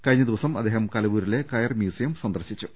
കഴിഞ്ഞ ദിവസം അദ്ദേഹം കലവൂരിലെ കയർ മ്യൂസിയവും സന്ദർശിച്ചു